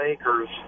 acres